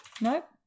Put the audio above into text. Nope